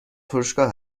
فروشگاه